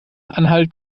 anhalt